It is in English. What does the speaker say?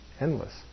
endless